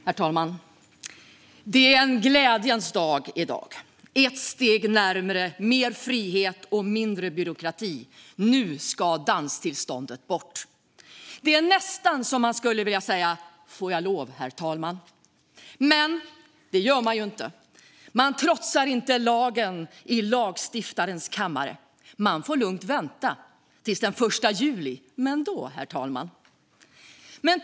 Herr talman! Det är en glädjens dag i dag. Det är ett steg närmare mer frihet och mindre byråkrati. Nu ska danstillståndet bort. Det är nästan så att man skulle vilja säga: Får jag lov, herr talman? Men det gör man inte. Man trotsar inte lagen i lagstiftarens kammare. Man får lugnt vänta till den 1 juli. Men då, herr talman!